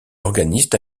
organiste